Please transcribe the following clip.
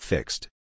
Fixed